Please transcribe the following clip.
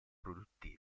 produttive